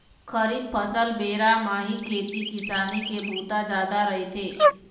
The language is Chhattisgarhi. खरीफ फसल बेरा म ही खेती किसानी के बूता जादा रहिथे